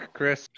Chris